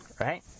right